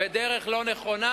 בדרך לא נכונה,